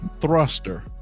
thruster